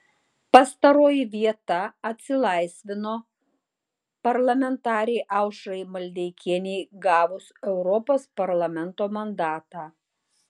pastaroji vieta atsilaisvino parlamentarei aušrai maldeikienei gavus europos parlamento mandatą